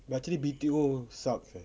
but actually B_T_O sucks eh